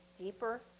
deeper